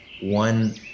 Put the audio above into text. one